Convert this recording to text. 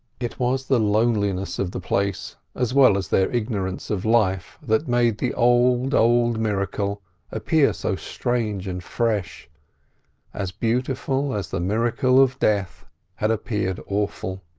it was the loneliness of the place as well as their ignorance of life that made the old, old miracle appear so strange and fresh as beautiful as the miracle of death had appeared awful.